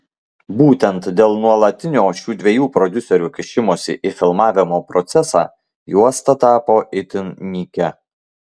būtent dėl nuolatinio šių dviejų prodiuserių kišimosi į filmavimo procesą juosta tapo itin nykia